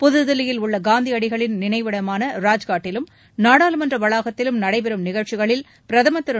புதுதில்லியில் உள்ள காந்தியடிகளின் நினைவிடமான ராஜ்காட்டிலும் நாடாளுமன்ற வளாகத்திலும் நடைபெறும் நிகழ்ச்சிகளில் பிரதமர் திரு